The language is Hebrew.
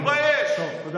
אתה לא היית בנשיאות הכנסת.